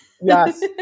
Yes